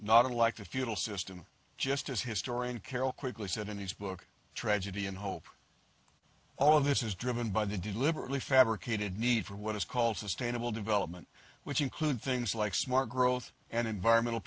not unlike the feudal system just as historian carol quickly said in his book tragedy and hope all of this is driven by the deliberately fabricated need for what is called sustainable development which include things like smart growth and environmental